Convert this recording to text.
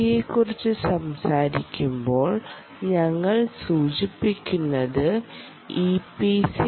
D യെക്കുറിച്ച് സംസാരിക്കുമ്പോൾ ഞങ്ങൾ സൂചിപ്പിക്കുന്നത് ഇ പി സി